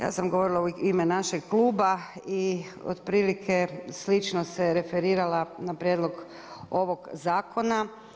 Ja sam govorila u ime našeg kluba i otprilike slično se referirala na prijedlog ovog zakona.